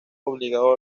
obligado